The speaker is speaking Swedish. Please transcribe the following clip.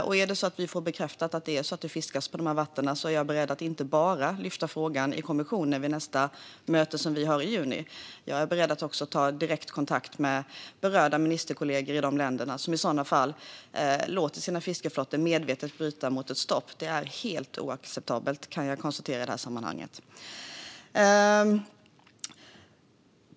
Om vi får bekräftat att det fiskas i dessa vatten är jag beredd att inte bara lyfta upp frågan i kommissionen vid nästa möte i juni, utan jag är också beredd att ta direktkontakt med berörda ministerkollegor i de länder som medvetet låter sina fiskeflottor bryta mot ett stopp. Det är helt oacceptabelt, kan jag konstatera i sammanhanget.